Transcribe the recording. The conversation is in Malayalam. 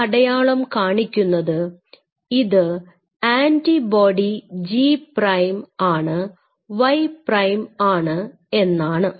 ഈ അടയാളം കാണിക്കുന്നത് ഇത് ആൻറിബോഡി G പ്രൈം ആണ് Y പ്രൈംആണ് എന്നാണ്